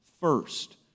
First